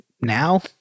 Now